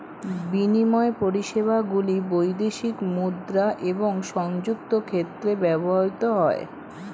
বিনিময় পরিষেবাগুলি বৈদেশিক মুদ্রা এবং সংযুক্ত ক্ষেত্রে ব্যবহৃত হয়